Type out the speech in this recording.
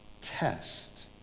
test